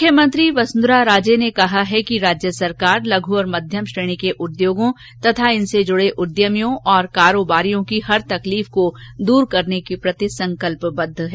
मुख्यमंत्री वसुंधरा राजे ने कहा है कि राज्य सरकार लघु और मध्यम श्रेणी के उद्योगों तथा इनसे जूड़े उद्यमियों और कारोबारियों की हर तकलीफ को दूर करने के प्रति संकल्पबद्ध है